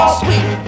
sweet